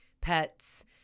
pets